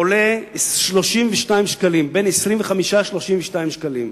עולה בין 25 ל-32 שקלים.